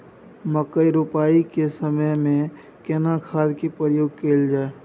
मकई रोपाई के समय में केना खाद के प्रयोग कैल जाय?